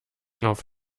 auf